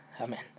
Amen